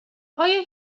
آیا